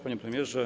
Panie Premierze!